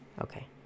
Okay